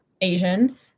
Asian